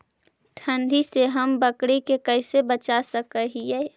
ठंडी से हम बकरी के कैसे बचा सक हिय?